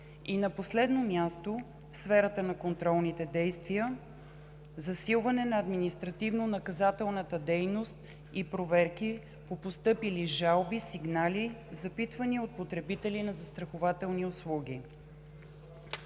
и на последно място, в сферата на контролните действия, засилване на административно-наказателната дейност и проверки по постъпили жалби, сигнали, запитвания от потребители на застрахователни услуги.